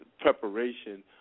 preparation